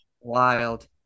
wild